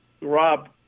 Rob